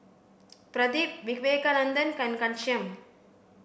Pradip Vivekananda and Ghanshyam